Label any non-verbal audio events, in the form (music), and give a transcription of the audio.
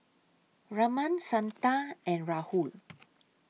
Raman Santha and Rahul (noise)